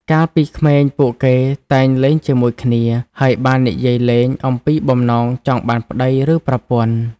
កាលពីក្មេង ពួកគេតែងលេងជាមួយគ្នា ហើយបាននិយាយលេងអំពីបំណងចង់បានប្តី ឬប្រពន្ធ។